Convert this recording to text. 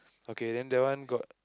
okay then that one got